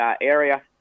area